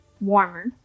warmer